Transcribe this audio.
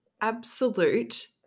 absolute